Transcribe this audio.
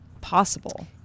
possible